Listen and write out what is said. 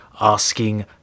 asking